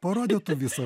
parodytų visą